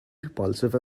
repulsive